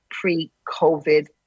pre-COVID